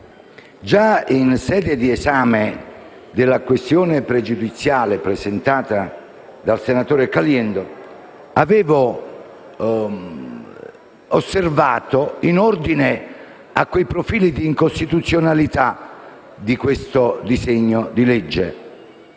già in sede di esame della questione pregiudiziale presentata dal senatore Caliendo avevo fatto delle osservazioni in ordine ai profili di incostituzionalità del disegno di legge